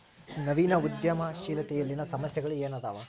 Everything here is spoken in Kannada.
ನವೇನ ಉದ್ಯಮಶೇಲತೆಯಲ್ಲಿನ ಸಮಸ್ಯೆಗಳ ಏನದಾವ